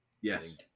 Yes